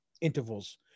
intervals